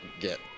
get